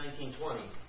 19-20